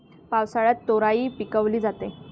पावसाळ्यात तोराई पिकवली जाते